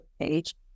page